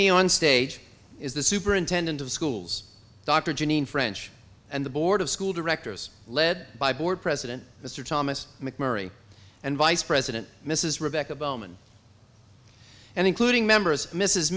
me on stage is the superintendent of schools dr jeanine french and the board of school directors led by board president mr thomas mcmurray and vice president mrs rebecca bowman and including members mrs